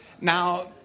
Now